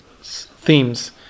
themes